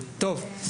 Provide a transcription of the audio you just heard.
טוב.